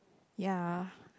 ya